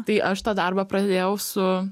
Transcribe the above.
tai aš tą darbą pradėjau su